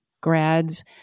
grads